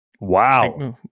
Wow